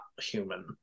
human